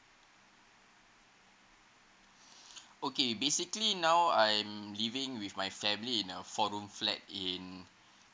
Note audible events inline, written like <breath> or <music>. <breath> okay basically now I'm living with my family in a four room flat in